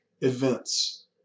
events